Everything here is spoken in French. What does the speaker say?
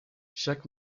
chaque